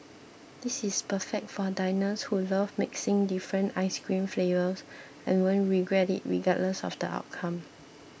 this is perfect for diners who love mixing different ice cream flavours and won't regret it regardless of the outcome